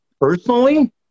personally